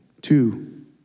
two